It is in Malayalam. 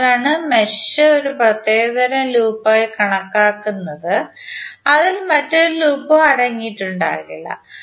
അതിനാലാണ് മെഷ് ഒരു പ്രത്യേക തരം ലൂപ്പായി കണക്കാക്കുന്നത് അതിൽ മറ്റൊരു ലൂപ്പും അടങ്ങിയിട്ടുണ്ടാകില്ല